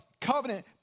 covenant